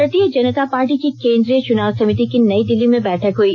भारतीय जनता पार्टी की केंद्रीय चुनाव समिति की नई दिल्ली में बैठक हई